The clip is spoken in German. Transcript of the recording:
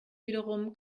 wiederum